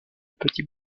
petit